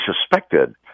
suspected